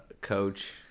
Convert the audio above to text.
Coach